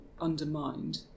undermined